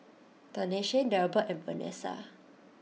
Tanesha Delbert and Vanessa